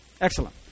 Excellent